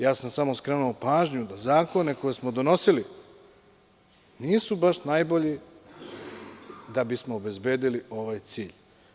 Ja sam samo skrenuo pažnju da zakoni koje smo donosili nisu baš najbolji, da bismo obezbedili ovaj cilj.